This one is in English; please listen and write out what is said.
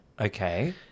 Okay